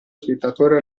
spettatore